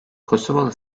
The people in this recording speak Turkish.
kosovalı